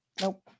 Nope